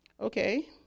Okay